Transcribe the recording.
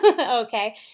Okay